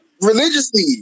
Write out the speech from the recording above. religiously